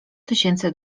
tysięcy